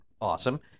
awesome